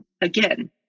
again